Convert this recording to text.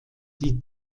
die